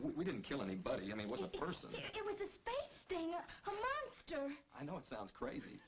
we didn't kill anybody i mean what a person i know it sounds crazy